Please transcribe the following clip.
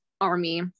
army